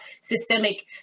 systemic